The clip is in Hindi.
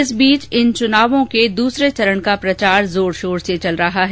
इस बीच इन चुनावों के दूसरे चरण का प्रचार जोर शोर से चल रहा है